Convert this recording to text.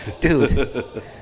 Dude